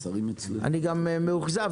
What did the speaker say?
אני גם מאוכזב,